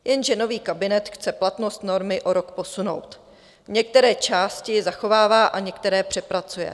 Jenže nový kabinet chce platnost normy o rok posunout, některé části zachovává a některé přepracuje.